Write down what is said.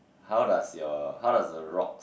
how does your how does the rock